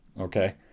Okay